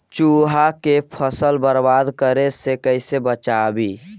चुहा के फसल बर्बाद करे से कैसे बचाबी?